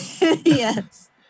yes